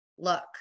Look